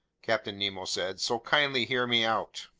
captain nemo said. so kindly hear me out.